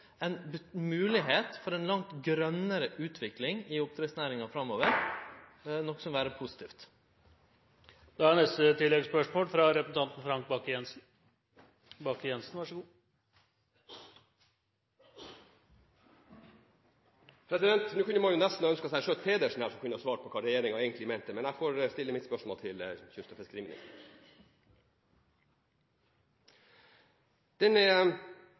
for ei langt grønare utvikling i oppdrettsnæringa framover, noko som vil vere positivt. Frank Bakke-Jensen – til oppfølgingsspørsmål. Nå skulle man nesten ha ønsket seg Schjøtt-Pedersen her, som kunne ha svart på hva regjeringen egentlig mente, men jeg får stille mitt spørsmål til fiskeri- og